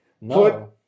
No